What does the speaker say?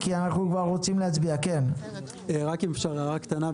רק הערה קטנה.